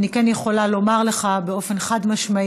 אני כן יכולה לומר לך, באופן חד-משמעי,